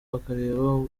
bakareba